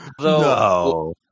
no